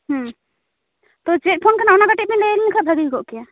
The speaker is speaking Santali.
ᱛᱚ ᱪᱮᱫ ᱯᱷᱳᱱ ᱠᱟᱱᱟ ᱚᱱᱟ ᱠᱟᱹᱴᱤᱡ ᱵᱮᱱ ᱞᱟᱹᱭᱯᱤᱧ ᱠᱷᱟᱱ ᱵᱷᱟᱹᱜᱤ ᱠᱚᱜᱼᱠᱮᱭᱟ